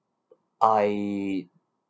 I